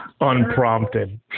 Unprompted